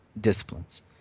disciplines